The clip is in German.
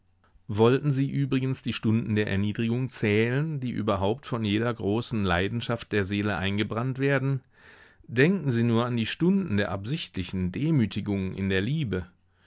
wollten sie übrigens die stunden der erniedrigung zählen die überhaupt von jeder großen leidenschaft der seele eingebrannt werden denken sie nur an die stunden der absichtlichen demütigung in der liebe